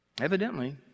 Evidently